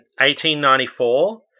1894